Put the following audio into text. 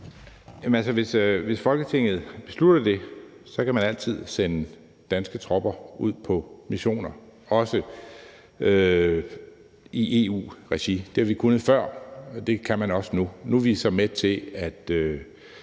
hvis Folketinget beslutter det, kan man altid sende danske tropper ud på missioner, også i EU-regi. Det har man kunnet før, og det kan man også nu. Nu er vi så med til at